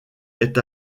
est